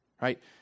Right